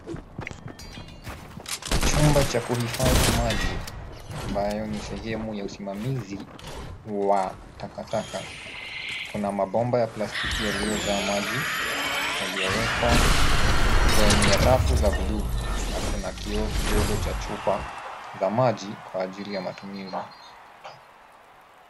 Chumba cha kuhifadhi maji ambayo ni sehemu ya usimamizi wa takataka. Kuna mabomba ya plastiki yaliyojaa maji yaliyowekwa kwenye rafu za bluu na kuna kioo kidogo cha chupa za maji kwa ajili ya matumizi.